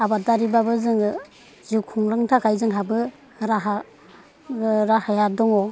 आबादारि ब्लाबो जोङो जिउ खुंलांनो थाखाय जोंहाबो राहा राहाया दंङ